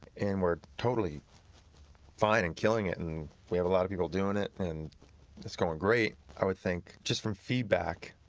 and we're totally fine and killing it and we have a lot of people doing it and it's going great. i would think, just from feedback,